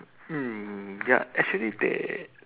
mm ya actually they